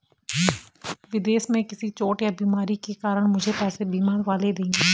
विदेश में किसी चोट या बीमारी के कारण मुझे पैसे बीमा वाले देंगे